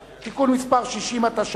אי-הבנה,